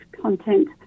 content